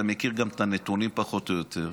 אתה מכיר גם את הנתונים פחות או יותר.